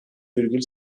virgül